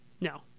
no